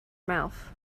mouth